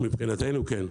מבחינתנו כן.